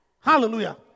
Hallelujah